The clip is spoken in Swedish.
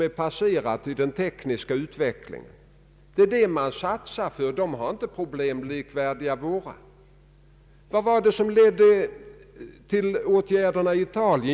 Vi var medvetna om att det skulle ta tid, och nu går vi vidare.